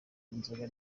inzoga